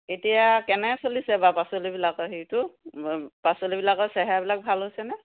এতিয়া কেনে চলিছে বাৰু পাচলিবিলাকৰ হেৰিটো পাচলিবিলাকৰ চেহেৰাবিলাক ভাল হৈছে নে